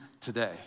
today